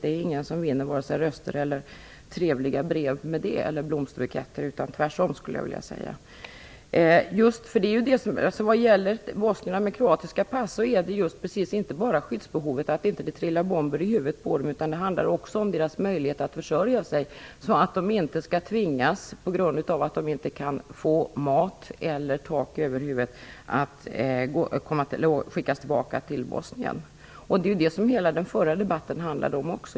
Det är ingen som vinner vare sig röster eller trevliga brev och blomsterbuketter med det, utan tvärtom, skulle jag vilja säga. När det gäller bosnier med kroatiska pass är det inte bara skyddsbehovet - att det inte trillar bomber i huvudet på dem - som det handlar om. Det handlar även om deras möjligheter att försörja sig, så att de, på grund av att de inte kan få mat eller tak över huvudet, inte skall skickas tillbaka till Bosnien. Det var ju det som hela den förra debatten handlade om.